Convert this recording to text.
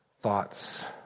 thoughts